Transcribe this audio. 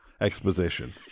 exposition